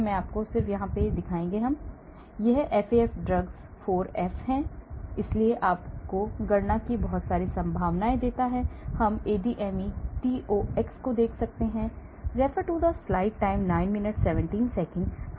मैं आपको सिर्फ यह दिखाऊंगा Refer Slide Time 0906 यह FAF drugs 4 हैं इसलिए यह आपको गणना की बहुत संभावनाएं देता है हम ADME Tox को देख सकते हैं